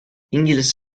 i̇ngiliz